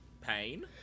pain